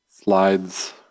slides